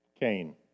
Cain